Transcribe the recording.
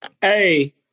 Hey